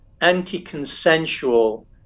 anti-consensual